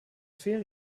fehlen